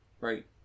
Right